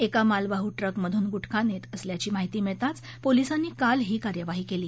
एका मालवाहू ट्रकमधून गुटखा नेत असल्याची माहिती मिळताच पोलीसांनी काल ही कार्यवाही केली